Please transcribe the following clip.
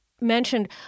mentioned